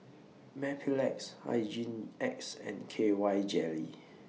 Mepilex Hygin X and K Y Jelly